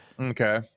Okay